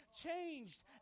changed